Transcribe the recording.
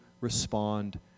respond